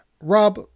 Rob